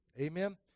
Amen